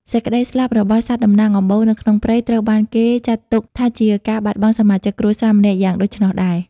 សេចក្តីស្លាប់របស់សត្វតំណាងអំបូរនៅក្នុងព្រៃ ត្រូវបានគេចាត់ទុកថាជាការបាត់បង់សមាជិកគ្រួសារម្នាក់យ៉ាងដូច្នោះដែរ។